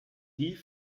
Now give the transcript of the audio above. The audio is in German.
die